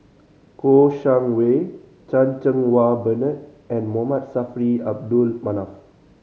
Kouo Shang Wei Chan Cheng Wah Bernard and Momud Saffri Abdul Manaf